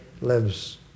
lives